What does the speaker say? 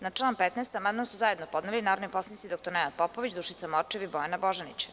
Na član 15. amandman su zajedno podneli narodni poslanici dr Nenad Popović, Dušica Morčev i Bojana Božanić.